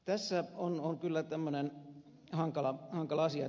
tässä on kyllä tämmöinen hankala asia